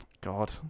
god